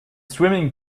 swimming